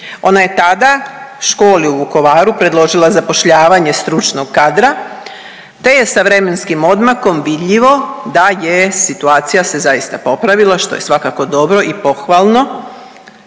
Ona je tada školi u Vukovaru predložila zapošljavanje stručnog kadra te je sa vremenskim odmakom vidljivo da je situacija se zaista popravila što je svakako dobro i pohvalno